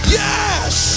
yes